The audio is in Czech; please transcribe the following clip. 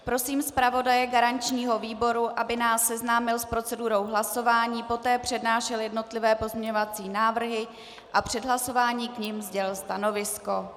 Prosím zpravodaje garančního výboru, aby nás seznámil s procedurou hlasování, poté přednášel jednotlivé pozměňovací návrhy a před hlasováním k nim sdělil stanovisko.